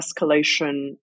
escalation